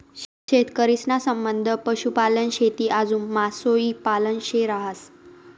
शेतकरी ना संबंध पशुपालन, शेती आजू मासोई पालन शे रहास